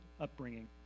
upbringing